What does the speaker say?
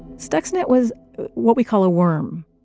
stuxnet was what we call a worm.